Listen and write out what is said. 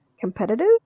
competitive